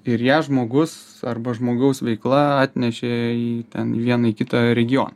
ir ją žmogus arba žmogaus veikla atnešė į ten į vieną kitą regioną